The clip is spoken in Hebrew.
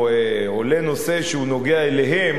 או עולה נושא שהוא נוגע אליהם,